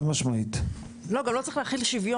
כן אבל גם לא צריך להחיל שוויון.